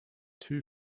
two